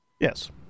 Yes